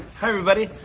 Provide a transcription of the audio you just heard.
hi, everybody.